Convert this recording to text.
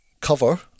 cover